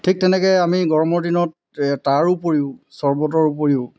ঠিক তেনেকৈ আমি গৰমৰ দিনত তাৰোপৰিও চৰ্বতৰ উপৰিও